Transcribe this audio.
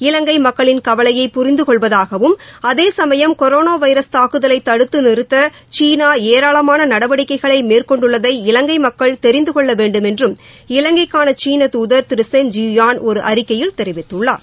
இலங்கை மக்களின் கவலையை புரிந்து கொள்வதாகவும் அதேசமயம் கொரோனா வைரஸ் தாக்குதலை தடுத்து நிறத்த சீனா ஏராளமான நடவடிக்கைகளை மேற்கொண்டுள்ளதை இலங்கை மக்கள் தெரிந்து கொள்ள வேண்டும் என்றும் இலங்கைக்கான சீனத் துதர் திரு சென் ஜீயுயான் ஒரு அறிக்கையில் தெரிவித்துள்ளார்